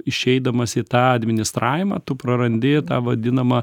išeidamas į tą administravimą tu prarandi tą vadinamą